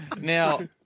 Now